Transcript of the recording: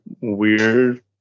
weird